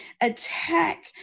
attack